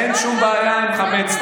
אין שום בעיה עם חמץ,